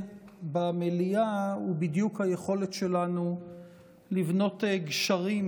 במליאה הוא בדיוק היכולת שלנו לבנות גשרים